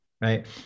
right